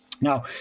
Now